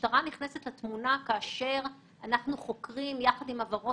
המשטרה נכנסת לתמונה כאשר אנחנו חוקרים יחד עם עבירות